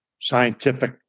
scientific